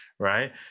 Right